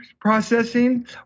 processing